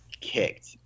kicked